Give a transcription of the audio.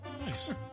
nice